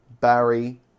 barry